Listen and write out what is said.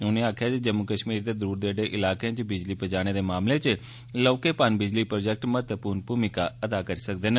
उनें आखेआ जे जम्मू कष्मीर दे दूर दरेडे इलाकें च बिजली पुजाने दे मामले च लौह्के पनबिजली प्रोजेक्ट महत्वपूर्ण भूमिका अदा करी सकदे न